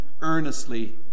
earnestly